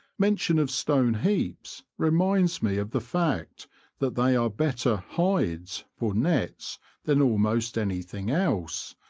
mention of stone-heaps reminds me of the fact that they are better hides for nets than almost any thing else,